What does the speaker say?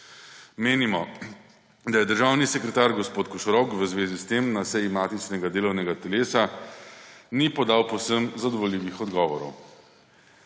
Menimo, da državni sekretar gospod Košorok v zvezi s tem na seji matičnega delovnega telesa ni podal povsem zadovoljivih odgovorov.